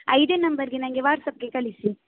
ಆಂ ಇದೇ ನಂಬರ್ಗೆ ನನಗೆ ವಾಟ್ಸಪ್ಗೆ ಕಳಿಸಿ